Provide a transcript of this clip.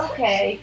Okay